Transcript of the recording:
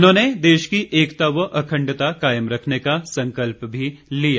उन्होंने देश की एकता व अखंडता कायम रखने का संकल्प भी लिया